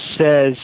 says